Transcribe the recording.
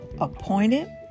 appointed